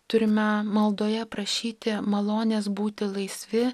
turime maldoje prašyti malonės būti laisvi